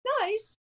Nice